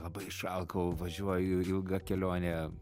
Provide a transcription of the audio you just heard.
labai išalkau važiuoju ilgą kelionę